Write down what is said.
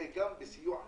בסיוע המשטרה.